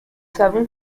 savons